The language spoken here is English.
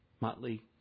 motley